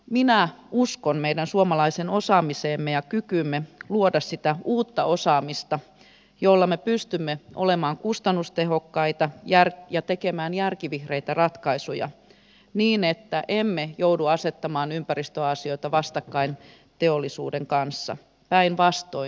minä uskon meidän suomalaiseen osaamiseemme ja kykyymme luoda sitä uutta osaamista jolla me pystymme olemaan kustannustehokkaita ja tekemään järkivihreitä ratkaisuja niin että emme joudu asettamaan ympäristöasioita vastakkain teollisuuden kanssa päinvastoin